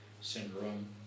syndrome